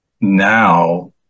now